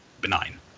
benign